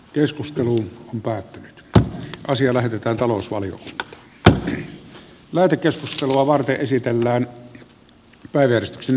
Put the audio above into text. keskustelu on päättynyt ja asia lähetetään talous valinnut edustaja heinosen lakialoite on erittäin hyvä